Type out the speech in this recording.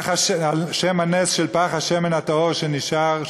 על שם הנס של פך השמן הטהור שמצאו בבית-המקדש?